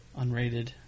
Unrated